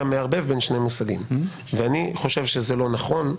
אתה מערבב בין שני מושגים ואני חושב שזה לא נכון.